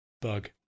bug